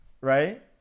right